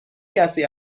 کسی